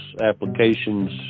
Applications